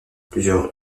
plusieurs